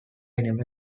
never